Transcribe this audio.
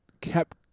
kept